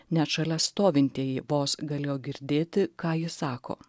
net šalia stovintieji vos galėjo girdėti ką ji sako